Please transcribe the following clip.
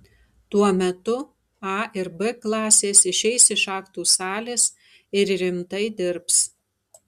tuo metu a ir b klasės išeis iš aktų salės ir rimtai dirbs